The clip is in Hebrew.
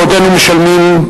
ועודנו משלמים,